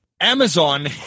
Amazon